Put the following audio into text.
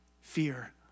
fear